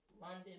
London